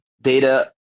data